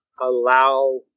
allow